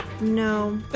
No